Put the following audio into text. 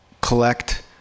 collect